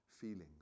feelings